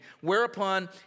whereupon